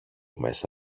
μέσα